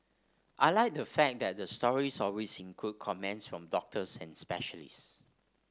I like the fact that the stories always include comments from doctors and specialists